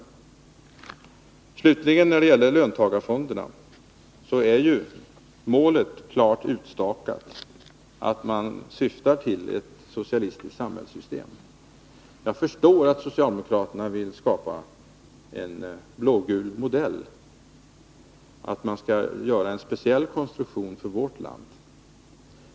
När det slutligen gäller löntagarfonderna är målet klart utstakat — man syftar till ett socialistiskt samhällssystem. Jag förstår att socialdemokraterna vill skapa en blågul modell, att man vill göra en speciell konstruktion för vårt land.